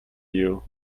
you